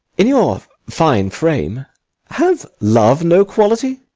in your fine frame hath love no quality?